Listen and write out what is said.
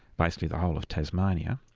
basically the whole of tasmania,